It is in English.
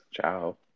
Ciao